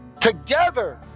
together